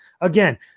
again